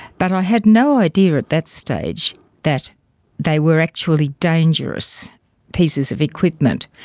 but i had no idea at that stage that they were actually dangerous pieces of equipment.